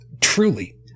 truly